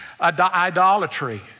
idolatry